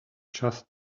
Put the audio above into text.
just